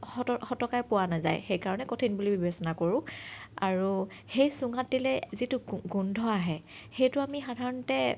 সত সতকাই পোৱা নাযায় সেইকাৰণে কঠিন বুলি বিবেচনা কৰোঁ আৰু সেই চুঙাত দিলে যিটো গোন্ধ আহে সেইটো আমি সাধাৰণতে